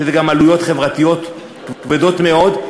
יש לזה גם עלויות חברתיות כבדות מאוד.